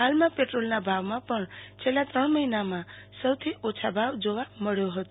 હાલમાં પેદ્રોલના ભાવમાં પણ છેલ્લા ત્રણ મહિનામાં સૌથી ઓછા ભાવ જોવા મળ્યા હતો